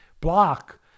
block